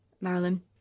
Marilyn